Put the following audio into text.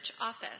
office